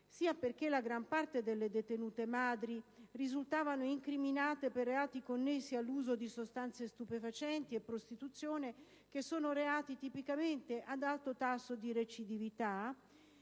perché la gran parte delle detenute madri risultavano incriminate per reati connessi all'uso di sostanze stupefacenti e prostituzione (che sono reati tipicamente ad alto tasso di recidività),